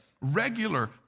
regular